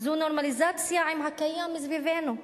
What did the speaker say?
זו נורמליזציה עם הקיים סביבנו,